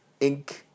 Inc